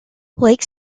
lake